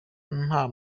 nta